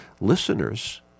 listeners